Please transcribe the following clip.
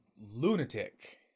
lunatic